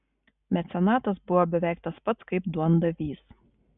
mecenatas buvo beveik tas pat kaip duondavys